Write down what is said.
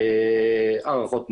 הארכות מעצר,